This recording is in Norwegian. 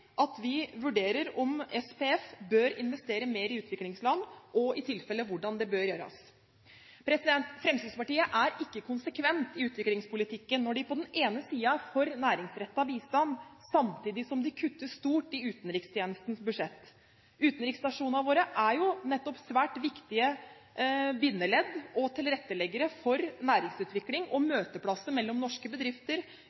at vi vurderer om Statens pensjonsfond bør investere mer i utviklingsland og i tilfelle hvordan det bør gjøres. Fremskrittspartiet er ikke konsekvent i utviklingspolitikken, når de på den ene siden er for næringsrettet bistand, og på den andre siden samtidig kutter stort i utenrikstjenestens budsjett. Utenriksstasjonene våre er jo nettopp svært viktige bindeledd og tilretteleggere for næringsutvikling, og